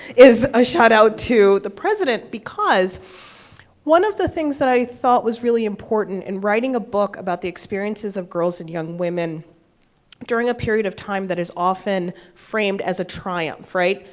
is a shout-out to the president, because one of the things that i thought was really important in writing a book about the experiences of girls and young women during a period of time that is often framed as a triumph, right,